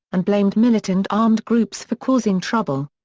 and blamed militant armed groups for causing trouble.